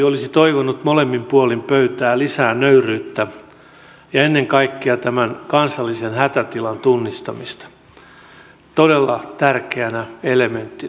olisin toivonut molemmin puolin pöytää lisää nöyryyttä ja ennen kaikkea tämän kansallisen hätätilan tunnistamista todella tärkeänä elementtinä